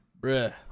bruh